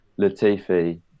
Latifi